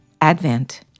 Advent